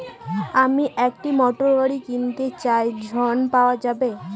আমি একটি মোটরগাড়ি কিনতে চাই ঝণ পাওয়া যাবে?